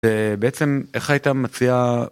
ובעצם, איך היית מציע...?